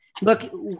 Look